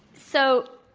so,